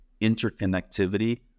interconnectivity